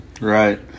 Right